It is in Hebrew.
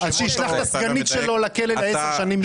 שישלח את הסגנית שלו לכלא לעשר שנים.